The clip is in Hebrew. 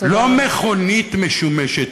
לא מכונית משומשת,